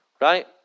right